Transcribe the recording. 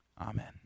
Amen